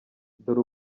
dore